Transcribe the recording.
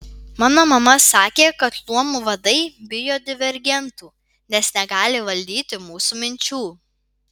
mano mama sakė kad luomų vadai bijo divergentų nes negali valdyti mūsų minčių